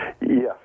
Yes